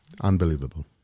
Unbelievable